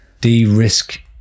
de-risk